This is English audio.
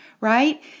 right